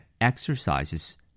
exercises